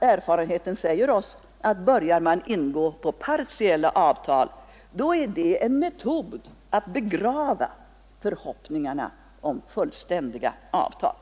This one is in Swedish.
Erfarenheten säger oss nämligen att man, om man börjar ingå partiella avtal, slår in på en väg till att begrava förhoppningarna om fullständiga avtal.